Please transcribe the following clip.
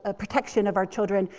ah protection of our children,